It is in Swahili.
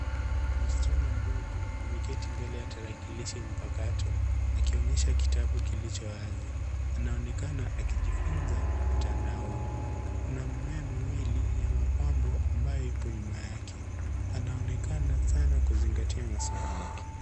Msichana mdogo ameketi mbele ya tarakilishi mpakato akionyesha kitabu kilicho wazi. Anaonekana akijifunza mtandaoni. Kuna mimea miwili ya mapambo ambayo ipo nyuma yake. Anaonekana sana kuzingatia masomo yake.